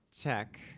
Tech